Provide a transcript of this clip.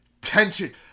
tension